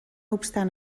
obstant